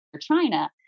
China